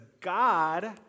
God